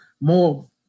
more